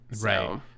Right